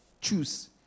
Choose